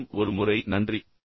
மீண்டும் ஒரு முறை நன்றி